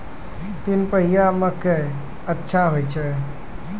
तीन पछिया मकई अच्छा होय छै?